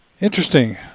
Interesting